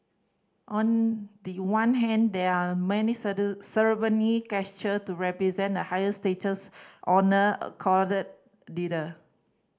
on the one hand there are many ceremony gesture to represent the highest status honour accorded a leader